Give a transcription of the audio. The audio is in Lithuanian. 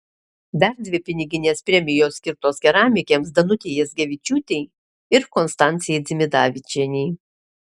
dar dvi piniginės premijos skirtos keramikėms danutei jazgevičiūtei ir konstancijai dzimidavičienei